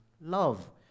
love